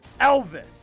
Elvis